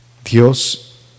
Dios